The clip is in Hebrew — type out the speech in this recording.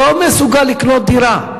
לא מסוגל לקנות דירה,